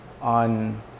on